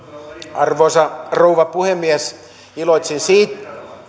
arvoisa rouva puhemies